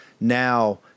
now